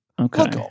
Okay